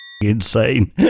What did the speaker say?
insane